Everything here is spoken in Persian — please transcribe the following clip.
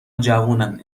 جوونن